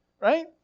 right